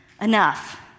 enough